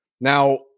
Now